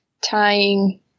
tying